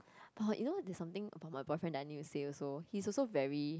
orh you know there's something about my boyfriend that I need to say also he's also very